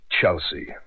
Chelsea